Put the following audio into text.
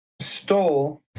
stole